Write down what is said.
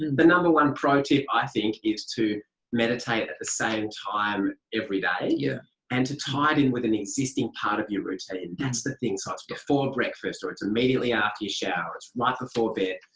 the number one pro tip, i think, is to meditate at the same time every day. yeah and to tie it in with an existing part of your routine, that's the thing. so it's before breakfast or it's immediately after your shower. right like before bed,